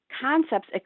concepts